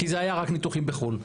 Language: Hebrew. כי זה היה רק ניתוחים בחו"ל.